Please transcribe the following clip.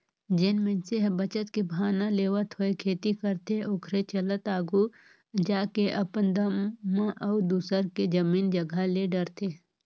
जेन मइनसे ह बचत के भावना लेवत होय खेती करथे ओखरे चलत आघु जाके अपने दम म अउ दूसर के जमीन जगहा ले डरथे